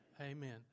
Amen